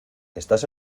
estás